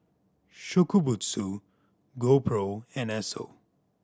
Shokubutsu GoPro and Esso